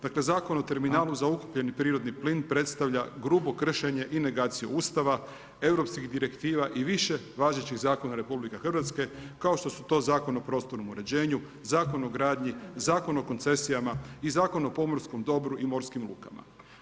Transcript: Dakle, Zakon o terminalu za ukapljeni prirodni plin predstavlja grubo kršenje i negaciju Ustava, europskih direktiva i više važećih zakona RH, kao što su to Zakon o prostornom uređenju, Zakon o gradnji, Zakon o koncesijama i Zakon o pomorskom dobru i morskim lukama.